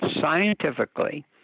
scientifically